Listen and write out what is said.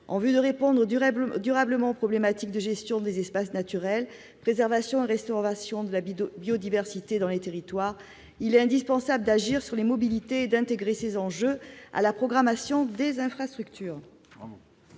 En vue de répondre durablement aux problématiques de gestion des espaces naturels, préservation et restauration de la biodiversité dans les territoires, il est indispensable d'agir sur les mobilités et d'intégrer ces enjeux à la programmation des infrastructures.